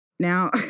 Now